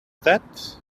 that